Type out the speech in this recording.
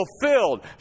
fulfilled